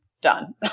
done